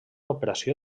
operació